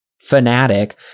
fanatic